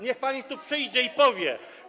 Niech pani tu przyjdzie i powie.